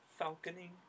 falconing